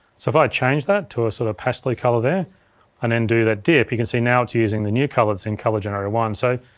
so if i change that to a sort of pastelly color there and then do that dip, you can see now it's using the new color that's in color generator one. so,